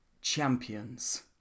champions